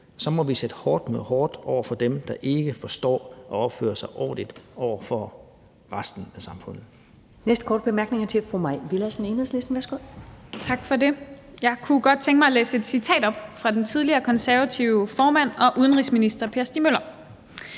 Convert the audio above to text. Så må vi sætte hårdt mod hårdt over for dem, der ikke forstår at opføre sig ordentligt over for resten af samfundet. Kl. 15:17 Første næstformand (Karen Ellemann): Den næste korte bemærkning er fra fru Mai Villadsen, Enhedslisten. Værsgo. Kl. 15:17 Mai Villadsen (EL): Tak for det. Jeg kunne godt tænke mig at læse et citat op fra den tidligere konservative formand og udenrigsminister Per Stig Møller.